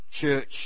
Church